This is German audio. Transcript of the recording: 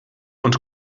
und